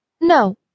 No